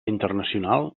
internacional